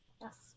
Yes